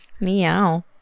Meow